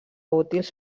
útils